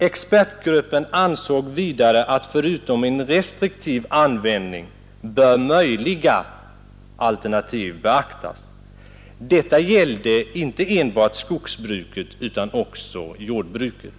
Expertgruppen ansåg vidare att förutom en restriktiv användning möjliga alternativ bör beaktas. Detta gäller inte enbart beträffande skogsbruket, utan också för jordbruket.